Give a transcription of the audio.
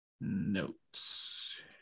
notes